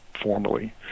formally